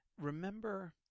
remember